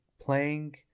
playing